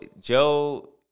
joe